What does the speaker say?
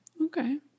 okay